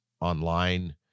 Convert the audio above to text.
online